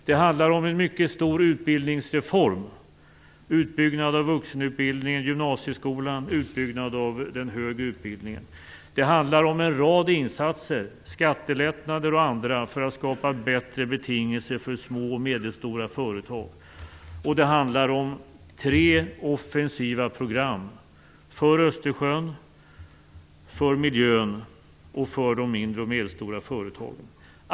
Det handlar om en mycket stor utbildningsreform; utbyggnad av vuxenutbildningen, gymnasieskolan och den högre utbildningen. Det handlar om en rad insatser, skattelättnader och annat, för att skapa bättre betingelser för små och medelstora företag, och det handlar om tre offensiva program: för Östersjön, för miljön och för de mindre och medelstora företagen.